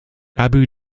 abu